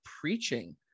preaching